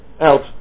out